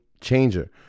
changer